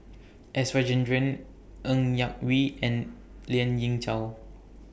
S Rajendran Ng Yak Whee and Lien Ying Chow